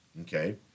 okay